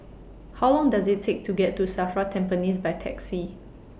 How Long Does IT Take to get to SAFRA Tampines By Taxi